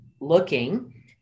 looking